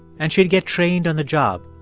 and she'd get trained on the job.